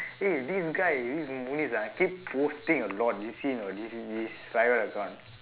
eh this guy this munice ah keep posting a lot you see anot his his private account